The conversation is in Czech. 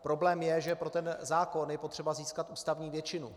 Problém je, že pro ten zákon je potřeba získat ústavní většinu.